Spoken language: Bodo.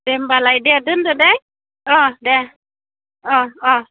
दे होनबालाय दे दोनदो दे औ दे अ अ